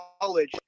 college